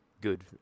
good